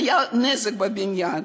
נעזור להם.